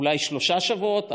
אולי שלושה שבועות,